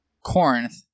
Corinth